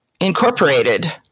incorporated